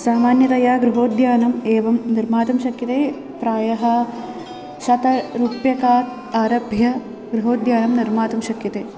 सामान्यतया गृहोद्यानम् एवं निर्मातुं शक्यते प्रायः शतरूप्यकात् आरभ्य गृहोद्यानं निर्मातुं शक्यते